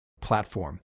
platform